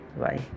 bye